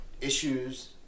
issues